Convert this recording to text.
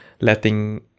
letting